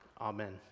Amen